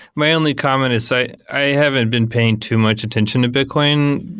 my only comment is i i haven't been paying too much attention to bitcoin.